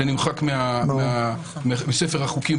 זה נמחק מספר החוקים,